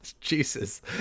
Jesus